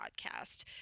podcast